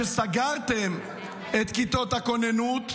שסגרה את כיתות הכוננות,